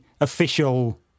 official